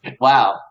Wow